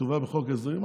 שכתובה בחוק ההסדרים?